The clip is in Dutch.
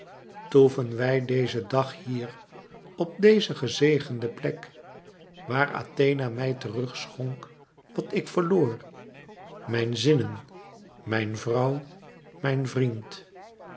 toeven wij dezen dag hier op deze gezegende plek waar athena mij terug schonk wat ik verloor mijn zinnen mijn vrouw mijn vriend